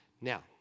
Now